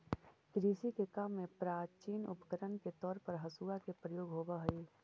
कृषि के काम में प्राचीन उपकरण के तौर पर हँसुआ के प्रयोग होवऽ हई